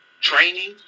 training